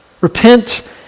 Repent